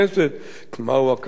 מהו "הקו הירוק" הזה,